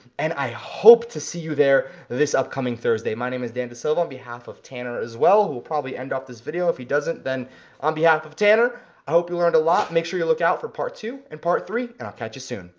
and i hope to see you there this upcoming thursday. my name is dan dasilva, on behalf of tanner as well, who will probably end up this video, if he doesn't, then on behalf of tanner, i hope you learned a lot. make sure you look out for part two and part three, and i'll catch you soon.